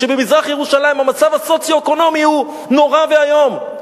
שבמזרח-ירושלים המצב הסוציו-אקונומי הוא נורא ואיום.